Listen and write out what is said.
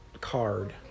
card